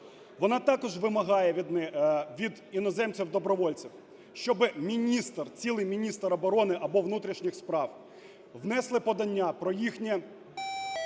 Вона також вимагає від іноземців добровольців, щоби міністр, цілий міністр оборони або внутрішніх справ внесли подання про їхнє